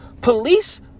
Police